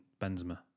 Benzema